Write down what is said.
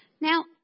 Now